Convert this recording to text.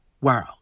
world